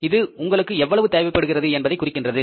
இது உங்களுக்கு எவ்வளவு தேவைபடுகின்றது என்பதை குறிக்கின்றது